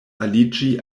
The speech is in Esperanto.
aliĝi